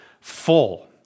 full